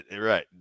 right